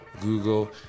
Google